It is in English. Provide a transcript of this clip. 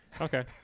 Okay